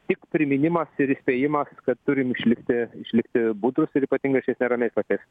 tik priminimas ir įspėjimas kad turim išlikti išlikti budrūs ir ypatingai šiais neramiais laikais